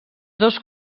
dos